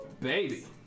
baby